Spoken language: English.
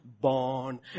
born